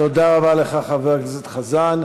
תודה רבה לך, חבר הכנסת חזן.